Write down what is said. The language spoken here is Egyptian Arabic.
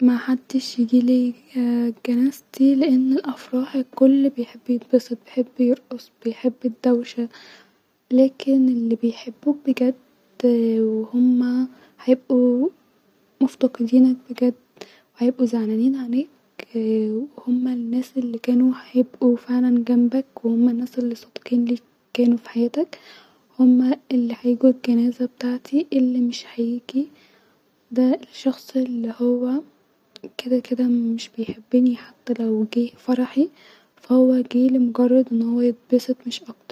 محدش يجيلس في جانزتي لان الافراح الكل بيحب بيحب يتبسط بيحب يرقص بيحب الدوشه-لاكن الي بيحبوك بجد وهما هيبقو مفتقدينك بجد وهيبقو زعلانين عليك وهما الناس الي كانو هيبقو فعلا جمبك-وهما الناس الي كانو صادقين-ليك فعلا -في حياتك-وهما الي هيجيو الجنازه بتاعتي الي مش هيجي دا ال- الشخص الي هو-كدا كدا مش بيحبني حتي-لو-جيه فرحي- فا هو جيه لمجرد ان هو يتبسط مش اكتر